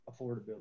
affordability